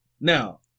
Now